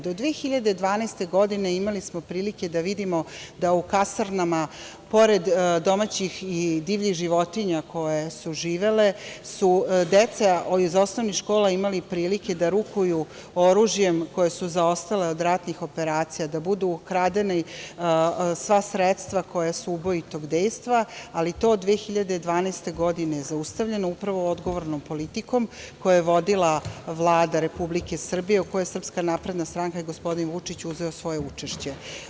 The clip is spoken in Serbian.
Do 2012. godine imali smo prilike da vidimo da u kasarnama pored domaćih i divljih životinja koje su živele su deca iz osnovnih škola imali prilike da rukuju oružjem koje je zaostala iz ratnih operacija, da budu ukradena sva sredstva koja su ubojitog dejstva, ali to je 2012. godine zaustavljeno upravo odgovornom politikom koju je vodila Vlada Republike Srbije u kojoj SNS i gospodin Vučić uzeo učešće.